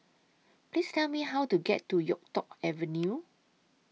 Please Tell Me How to get to Yuk Tong Avenue